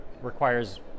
requires